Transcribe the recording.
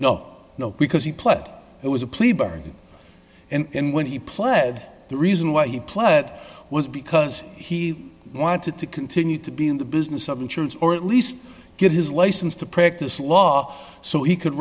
know because he pled it was a plea bargain and when he pled the reason why he played that was because he wanted to continue to be in the business of insurance or at least get his license to practice law so he could